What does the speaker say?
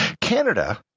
Canada